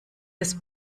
des